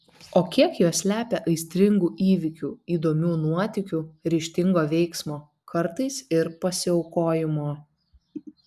o kiek jos slepia aistringų įvykių įdomių nuotykių ryžtingo veiksmo kartais ir pasiaukojimo